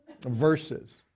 verses